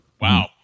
Wow